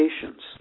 patients